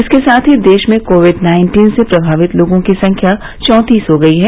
इसके साथ ही देश में कोविड नाइन्टीन से प्रभावित लोगों की संख्या चौंतीस हो गई है